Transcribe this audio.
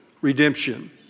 Redemption